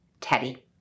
Teddy